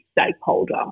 stakeholder